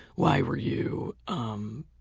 why were you, um